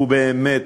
ובאמת,